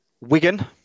Wigan